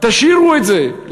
תשאירו את זה.